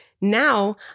now